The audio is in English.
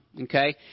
okay